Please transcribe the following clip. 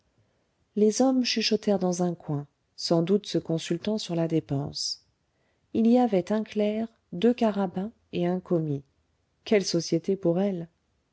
les hommes chuchotèrent dans un coin sans doute se consultant sur la dépense il y avait un clerc deux carabins et un commis quelle société pour elle